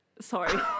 Sorry